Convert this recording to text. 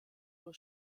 nur